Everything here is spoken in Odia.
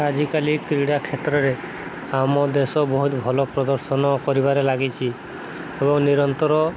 ଆଜିକାଲି କ୍ରୀଡ଼ା କ୍ଷେତ୍ରରେ ଆମ ଦେଶ ବହୁତ ଭଲ ପ୍ରଦର୍ଶନ କରିବାରେ ଲାଗିଛି ଏବଂ ନିରନ୍ତର